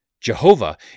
Jehovah